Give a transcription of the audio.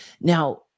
Now